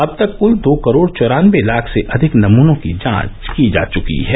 अब तक कुल दो करोड़ चौरानबे लाख से अधिक नमूनों की जांच की जा चुकी है